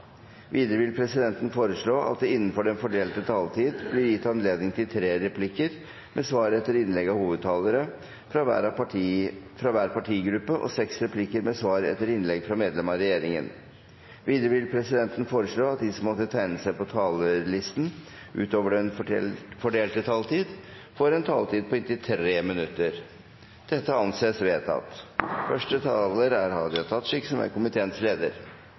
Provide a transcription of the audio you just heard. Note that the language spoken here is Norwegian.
Videre vil presidenten foreslå at det blir gitt anledning til replikkordskifte på inntil tre replikker med svar etter innlegg fra hovedtalerne for hver partigruppe og inntil seks replikker med svar etter innlegg fra medlem av regjeringen innenfor den fordelte taletid. Videre vil presidenten foreslå at de som måtte tegne seg på talerlisten utover den fordelte taletid, får en taletid på inntil 3 minutter. – Det anses vedtatt.